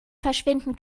verschwinden